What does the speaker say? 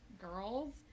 girls